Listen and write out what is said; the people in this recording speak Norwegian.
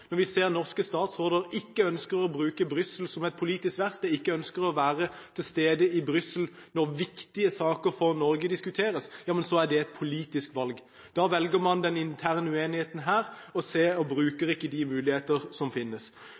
Når vi ser at norske statsråder ikke ønsker å bruke Brussel som et politisk verksted, ikke ønsker å være til stede i Brussel når viktige saker for Norge diskuteres, er det et politisk valg. Da velger man den interne uenigheten her og bruker ikke de muligheter som finnes.